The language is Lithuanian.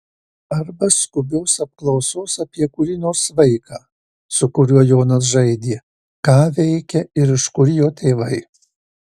arba skubios apklausos apie kurį nors vaiką su kuriuo jonas žaidė ką veikia ir iš kur jo tėvai